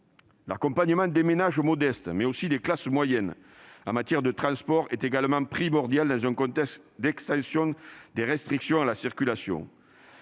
L'accompagnement des ménages modestes, mais aussi des classes moyennes, en matière de transports est également primordial dans un contexte d'extension des restrictions à la circulation.